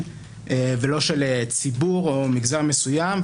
ולא של ציבור או מגזר מסוים.